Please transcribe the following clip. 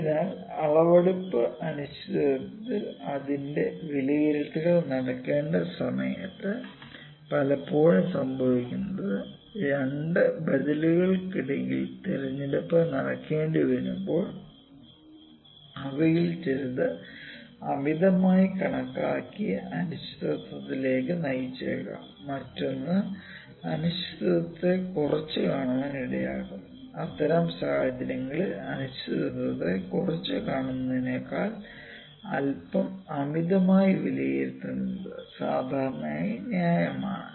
അതിനാൽ അളവെടുപ്പ് അനിശ്ചിതത്വത്തിൽ അതിന്റെ വിലയിരുത്തൽ നടക്കേണ്ട സമയത്ത് പലപ്പോഴും സംഭവിക്കുന്നത് രണ്ട് ബദലുകൾക്കിടയിൽ തിരഞ്ഞെടുപ്പ് നടത്തേണ്ടിവരുമ്പോൾ അവയിൽ ചിലത് അമിതമായി കണക്കാക്കിയ അനിശ്ചിതത്വത്തിലേക്ക് നയിച്ചേക്കാം മറ്റൊന്ന് അനിശ്ചിതത്വത്തെ കുറച്ചുകാണാൻ ഇടയാക്കും അത്തരം സാഹചര്യങ്ങളിൽ അനിശ്ചിതത്വത്തെ കുറച്ചു കാണുന്നതിനേക്കാൾ അൽപ്പം അമിതമായി വിലയിരുത്തുന്നത് സാധാരണയായി ന്യായമാണ്